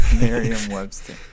Merriam-Webster